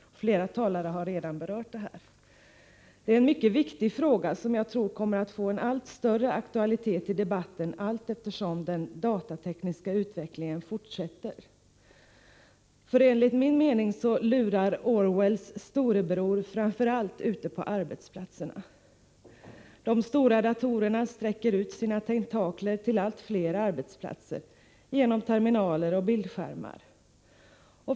Flera talare har redan berört den frågan, och det är en mycket viktig fråga som jag tror kommer att få en allt större aktualitet i debatten allteftersom den datatekniska utvecklingen fortsätter. Enligt min mening lurar Orwells Storebror framför allt ute på arbetsplatserna. De stora datorerna sträcker ut sina tentakler till allt fler arbetsplatser genom terminaler och bildskärmar.